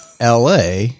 LA